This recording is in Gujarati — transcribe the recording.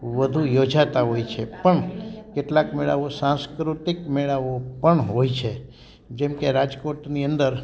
વધુ યોજાતા હોય છે પણ કેટલાક મેળાઓ સાંસ્કૃતિક મેળાઓ પણ હોય છે જેમકે રાજકોટની અંદર